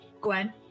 Gwen